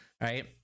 right